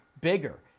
bigger